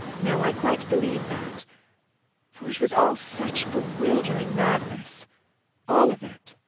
no, i quite believe that for it was all such bewildering madness all of it.